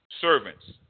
servants